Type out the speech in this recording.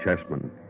chessmen